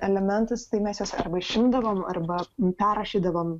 elementus tai mes juos arba išimdavom arba perrašydavom